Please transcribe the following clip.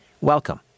welcome